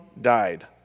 died